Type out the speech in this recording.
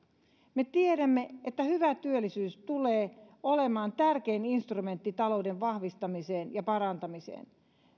me tiedämme että hyvä työllisyys tulee olemaan tärkein instrumentti talouden vahvistamiseen ja parantamiseen